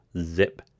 zip